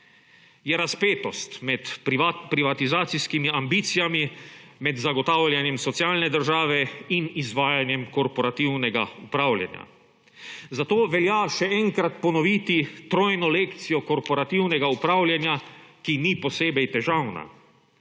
je razpetost med privatizacijskimi ambicijami, med zagotavljanjem socialne države in izvajanjem korporativnega upravljanja. Zato velja še enkrat ponoviti trojno lekcijo korporativnega upravljanja, ki ni posebej težavna.